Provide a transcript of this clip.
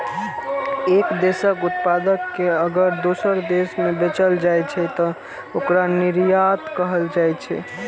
एक देशक उत्पाद कें अगर दोसर देश मे बेचल जाइ छै, तं ओकरा निर्यात कहल जाइ छै